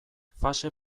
fase